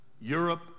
Europe